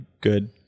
good